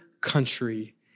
country